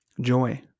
joy